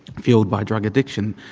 fuelled by drug addiction.